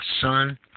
son